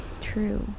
true